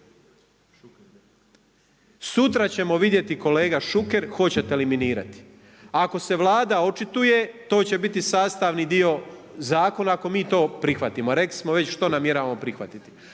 Sutra ćemo vidjeti kolega Šuker, hoćete li minirati. Ako se Vlada očituje, to će biti sastavni dio zakona, ako mi to prihvatimo, rekli smo već što namjeravamo prihvatiti.